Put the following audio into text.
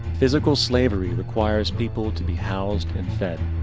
physical slavery requires people to be housed and fed.